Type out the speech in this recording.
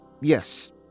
Yes